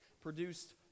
produced